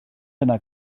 yna